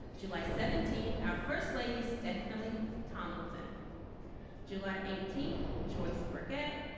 july seventeenth, our first lady's definitely tomlinson july eighteenth, joyce burkett,